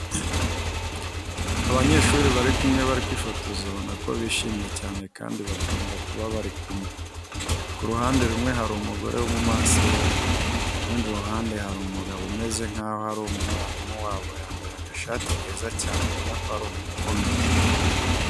Abanyeshuri bari kumwe bari kwifotoza ubona ko bishimye cyane kandi bakunda kuba bari kumwe. Ku ruhande rumwe hari umugore w'umumansera, ku rundi ruhande hari umugabo umeze nk'aho ari mwarimu wabo yambaye agashati keza cyane ubona ko ari umuntu ukomeye.